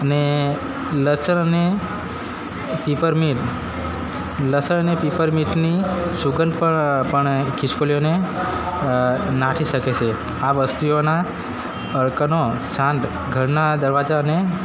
અને લસણ ને પીપર મિન્ટ લસણ અને પીપર મિન્ટની સુગંધ પણ ખિસકોલીઓને નાથી શકે છે આ વસ્તુઓના અર્કનો છાંડ ઘરના દરવાજાને